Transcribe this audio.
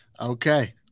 Okay